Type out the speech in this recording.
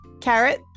carrot